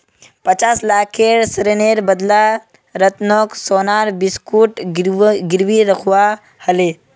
पचास लाखेर ऋनेर बदला रतनक सोनार बिस्कुट गिरवी रखवा ह ले